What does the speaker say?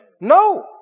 No